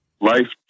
life